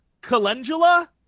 Calendula